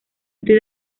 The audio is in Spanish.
estoy